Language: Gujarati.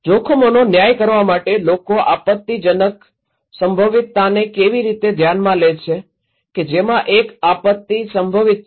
જોખમનો ન્યાય કરવા માટે લોકો આપત્તિજનક સંભવિતતાને કેવી રીતે ધ્યાનમાં લે છે કે જેમાં એક આપત્તિ સંભવિત છે